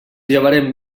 llevarem